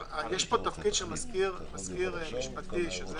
יש פה תפקיד של מזכיר משפטי, שזה